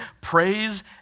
Praise